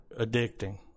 addicting